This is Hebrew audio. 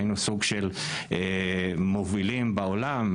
היינו סוג של מובילים בעולם,